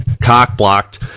cock-blocked